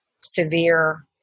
severe